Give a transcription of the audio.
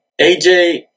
AJ